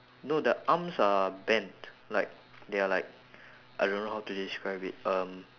no the arms are bent like they're like I don't know how to describe it um